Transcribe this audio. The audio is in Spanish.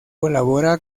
colabora